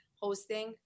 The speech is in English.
hosting